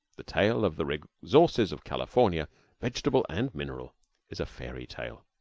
the tale of the resources of california vegetable and mineral is a fairy-tale.